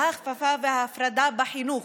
ההכפפה וההפרדה בחינוך,